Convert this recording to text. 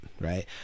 right